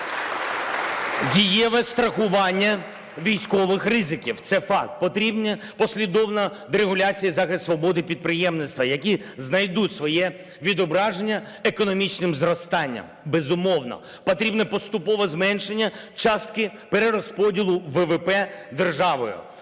дієве страхування військових ризиків, це факт. Потрібна послідовна дерегуляція, захист свободи підприємництва, які знайдуть своє відображення економічним зростанням. Безумовно, потрібне поступове зменшення частки перерозподілу ВВП державою.